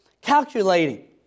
calculating